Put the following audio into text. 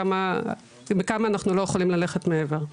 בכמה אנחנו לא יכולים ללכת מעבר,